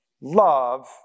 love